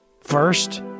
First